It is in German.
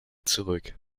zurück